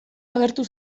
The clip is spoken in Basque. agertu